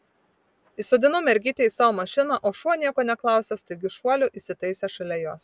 įsodinau mergytę į savo mašiną o šuo nieko neklausęs staigiu šuoliu įsitaisė šalia jos